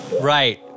Right